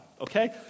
okay